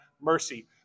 mercy